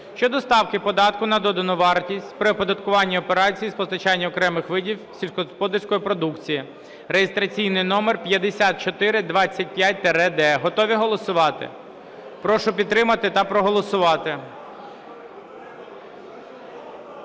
щодо ставки податку на додану вартість при оподаткуванні операцій з постачання окремих видів сільськогосподарської продукціє (реєстраційний номер 5425-д). Готові голосувати? Прошу підтримати та проголосувати.